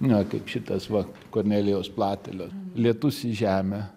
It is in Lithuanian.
na kaip šitas va kornelijaus platelio lietus į žemę